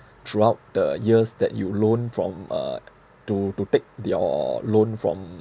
throughout the years that you loan from uh to to take your loan from